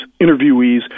interviewees